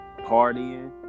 partying